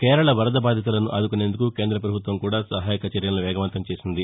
కేరళ వరద బాధితులను ఆదుకునేందుకు కేంద్ర ప్రభుత్వం కూడా సహాయక చర్యలను వేగవంతం చేసింది